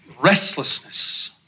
restlessness